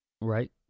Right